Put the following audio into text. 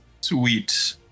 Sweet